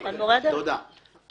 תודה.